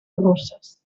russes